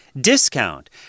discount